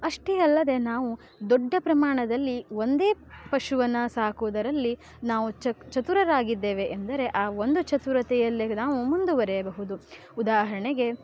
ಅಷ್ಟೇ ಅಲ್ಲದೆ ನಾವು ದೊಡ್ಡ ಪ್ರಮಾಣದಲ್ಲಿ ಒಂದೇ ಪಶುವನ್ನು ಸಾಕುವುದರಲ್ಲಿ ನಾವು ಚತುರರಾಗಿದ್ದೇವೆ ಎಂದರೆ ಆ ಒಂದು ಚತುರತೆಯಲ್ಲೇ ನಾವು ಮುಂದುವರೆಯಬಹುದು ಉದಾಹರಣೆಗೆ